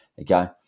okay